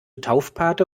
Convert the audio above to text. taufpate